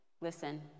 listen